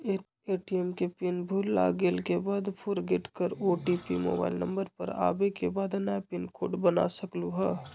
ATM के pin भुलागेल के बाद फोरगेट कर ओ.टी.पी मोबाइल नंबर पर आवे के बाद नया पिन कोड बना सकलहु ह?